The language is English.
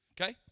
Okay